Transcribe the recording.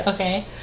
Okay